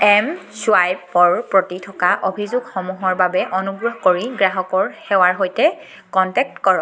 M চুৱাইপৰ প্ৰতি থকা অভিযোগসমূহৰ বাবে অনুগ্ৰহ কৰি গ্ৰাহকৰ সেৱাৰ সৈতে কন্টেক্ট কৰক